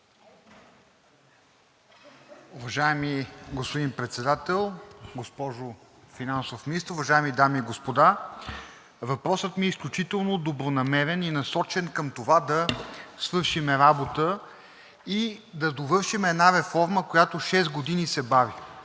Уважаеми господин Председател, госпожо Финансов министър! Уважаеми дами и господа, въпросът ми е изключително добронамерен и насочен към това да свършим работа и да довършим една реформа, която шест години се бави.